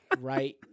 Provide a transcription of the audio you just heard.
right